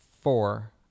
four